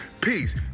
Peace